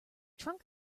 trunk